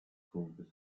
school